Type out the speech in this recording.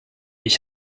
ich